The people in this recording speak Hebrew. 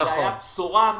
שזו הייתה בשורה אמיתית.